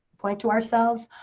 point to ourselves.